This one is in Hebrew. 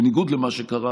בניגוד למה שקרה,